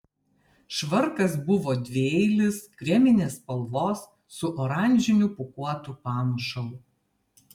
švarkas buvo dvieilis kreminės spalvos su oranžiniu pūkuotu pamušalu